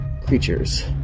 creatures